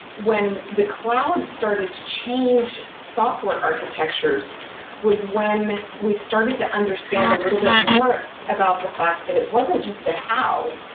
when the cloud started to change software architectures was when we started to understand a little bit more about the fact that it wasn't just a how,